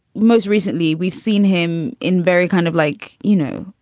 most recently, we've seen him in very kind of like, you know,